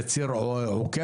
זה ציר עוקף.